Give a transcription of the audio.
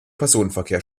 personenverkehr